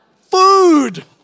Food